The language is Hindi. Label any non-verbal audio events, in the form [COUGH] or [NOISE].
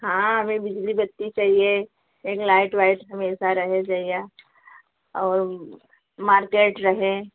हाँ हमें बिजली बत्ती चहिए एक लाइट वाइट हमेशा रहे [UNINTELLIGIBLE] और मार्केट रहे